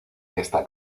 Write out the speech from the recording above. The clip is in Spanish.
esta